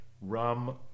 rum